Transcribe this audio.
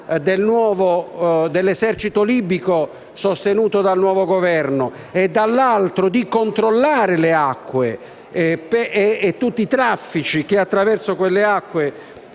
dell'esercito libico sostenuto dal nuovo Governo e, dall'altro, di controllare le acque e tutti i traffici che attraverso quelle acque